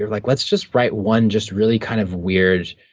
like let's just write one just really kind of weird,